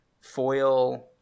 foil